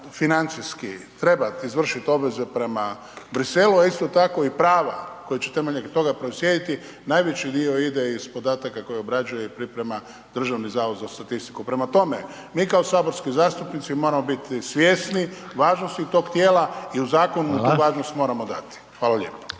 financijski trebat izvršit obveze prema Briselu, a isto tako i prava koja će temeljem toga uslijediti, najveći dio ide iz podataka koje obrađuje i priprema Državni zavod za statistiku. Prema tome, mi kao saborski zastupnici moramo biti svjesni važnosti tog tijela i u zakonu …/Upadica: Hvala/… tu važnost moramo dati. Hvala lijepo.